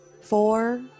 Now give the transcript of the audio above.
four